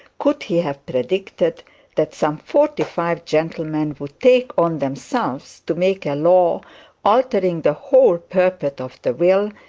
could he have predicted that some forty-five gentlemen would take on themselves to make a law altering the whole purport of the will,